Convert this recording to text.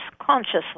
consciously